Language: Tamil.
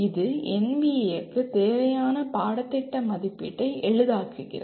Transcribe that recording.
இது NBAக்கு தேவையான பாடத்திட்ட மதிப்பீட்டை எளிதாக்குகிறது